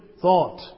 thought